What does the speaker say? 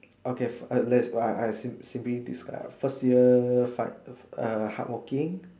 okay so I let's I I sim~ simply describe first year fight err hardworking